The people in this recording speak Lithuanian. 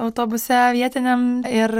autobuse vietiniam ir